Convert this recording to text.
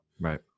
right